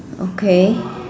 okay